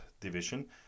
division